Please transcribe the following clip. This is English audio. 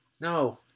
No